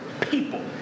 people